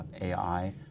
AI